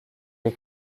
est